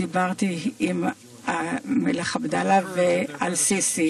דיברתי עם הידידים הטובים